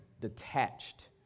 detached